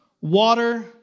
water